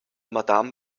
madame